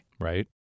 Right